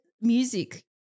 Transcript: music